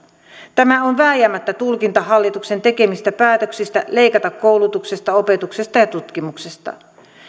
tämä on vääjäämättä tulkinta hallituksen tekemistä päätöksistä leikata koulutuksesta opetuksesta ja tutkimuksesta